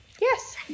Yes